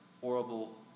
horrible